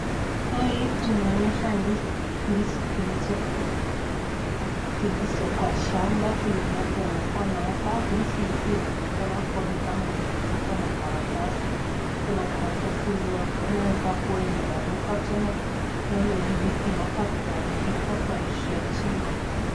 Hapa tumeonyeshwa ndizi zilizo , zilizo kwa shamba ndizi hizo ndizi hizo zinaonekana zimefunikwa kwa karatasi. Kuna karatasi inaonekana inakaa kuwa imeraruka tena hoi ndizi inaonekana kuharibika kuanzia chini.